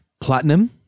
Platinum